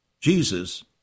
Jesus